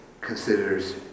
considers